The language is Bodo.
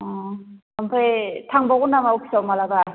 अह ओमफ्राय थांबावगोन नामा अफिसाव माब्लाबा